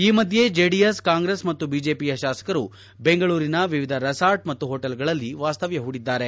ಈ ಮಧ್ಯೆ ಜೆಡಿಎಸ್ ಕಾಂಗ್ರೆಸ್ ಮತ್ತು ಬಿಜೆಪಿಯ ಶಾಸಕರು ಬೆಂಗಳೂರಿನ ವಿವಿಧ ರೆಸಾರ್ಟ್ ಮತ್ತು ಹೋಟೆಲ್ಗಳಲ್ಲಿ ವಾಸ್ತವ್ಯ ಹೂಡಿದ್ದಾರೆ